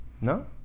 No